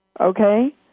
okay